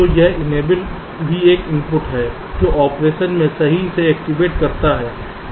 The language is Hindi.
तो यह इनेबल भी एक इनपुट है जो ऑपरेशन को सही से एक्टिवेट करता है